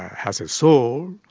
has a soul,